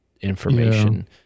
information